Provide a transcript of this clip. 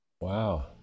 Wow